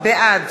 בעד